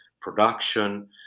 production